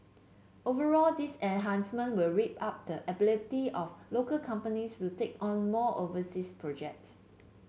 overall these enhancements will ramp up the ability of local companies to take on more overseas projects